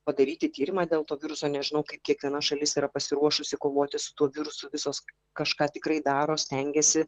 padaryti tyrimą dėl to viruso nežinau kaip kiekviena šalis yra pasiruošusi kovoti su tuo virusu visos kažką tikrai daro stengiasi